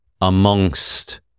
amongst